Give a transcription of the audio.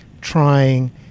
trying